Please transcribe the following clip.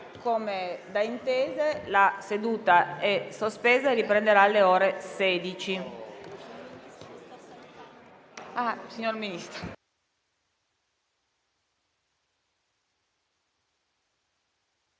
Come da intesa, la seduta è sospesa e riprenderà alle ore 16.